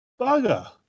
Bugger